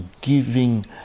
giving